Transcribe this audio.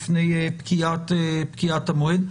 לפני פקיעת המועד.